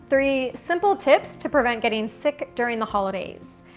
three simple tips to prevent getting sick during the holidays.